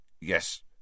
Yes